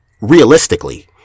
realistically